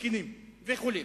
זקנים וחולים.